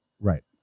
Right